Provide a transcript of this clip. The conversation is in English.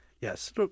Yes